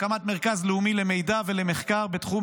הקמת מרכז לאומי למידע ולמחקר בתחום